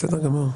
זה בסדר גמור.